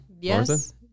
Yes